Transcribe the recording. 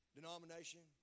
denomination